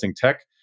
tech